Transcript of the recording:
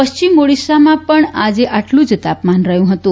પશ્ચિમ ઓડીશામાં પણ આટલું જ તાપમાન રહ્યું હતું